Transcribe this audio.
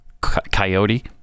coyote